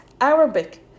Arabic